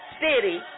city